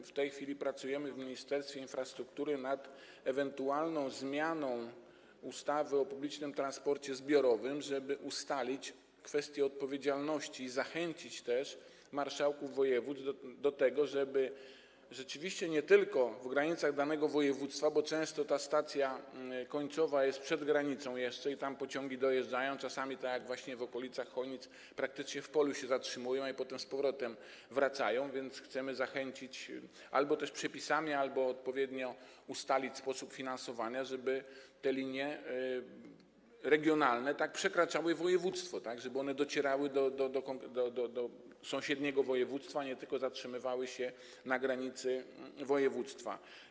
W tej chwili pracujemy w ministerstwie infrastruktury nad ewentualną zmianą ustawy o publicznym transporcie zbiorowym, żeby ustalić kwestię odpowiedzialności i zachęcić też marszałków województw - żeby to było rzeczywiście nie tylko w granicach danego województwa, bo często stacja końcowa jest przed granicą jeszcze i tam pociągi dojeżdżają, a czasami, tak jak w okolicach Chojnic, praktycznie w polu się zatrzymują i potem wracają -chcemy zachęcić ich albo przepisami, albo przez odpowiednio ustalony sposób finansowania, tak żeby te linie regionalne przekraczały województwo, żeby one docierały do sąsiedniego województwa, a nie zatrzymywały się na granicy województwa.